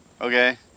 Okay